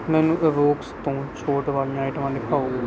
ਮੈਨੂੰ ਇਵੋਕਸ ਤੋਂ ਛੋਟ ਵਾਲੀਆਂ ਆਈਟਮਾਂ ਦਿਖਾਓ